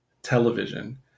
television